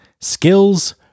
skills